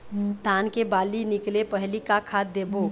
धान के बाली निकले पहली का खाद देबो?